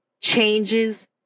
changes